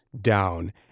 down